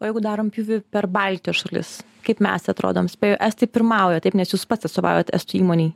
o jeigu darom pjūvį per baltijos šalis kaip mes atrodom spėju estai pirmauja taip nes jūs pats atstovaujat estų įmonei